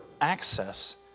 access